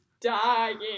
dying